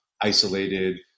isolated